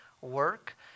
work